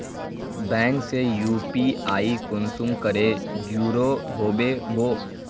Bank से UPI कुंसम करे जुड़ो होबे बो?